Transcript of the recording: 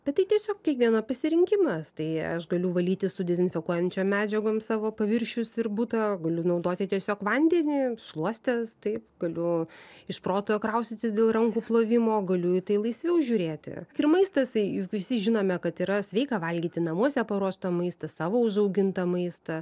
bet tai tiesiog kiekvieno pasirinkimas tai aš galiu valyti su dezinfekuojančiom medžiagom savo paviršius ir butą galiu naudoti tiesiog vandenį šluostes taip galiu iš proto kraustytis dėl rankų plovimoo galiu tai laisviau žiūrėti ir maistas juk visi žinome kad yra sveika valgyti namuose paruoštą maistą savo užaugintą maistą